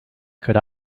could